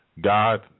God